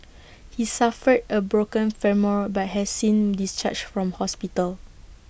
he suffered A broken femur but has since discharged from hospital